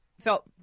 felt